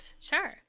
Sure